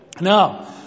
Now